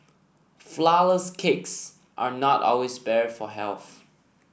flourless cakes are not always better for health